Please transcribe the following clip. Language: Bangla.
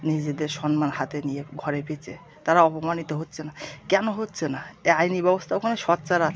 নিজেদের সন্মান হাতে নিয়ে ঘরে ফিরছে তারা অপমানিত হচ্ছে না কেন হচ্ছে না এ আইনি ব্যবস্থা ওখানে সোচ্চার আছে